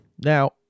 Now